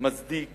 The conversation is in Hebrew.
מצדיק